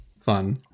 fun